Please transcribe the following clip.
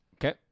Okay